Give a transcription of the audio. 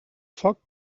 foc